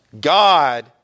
God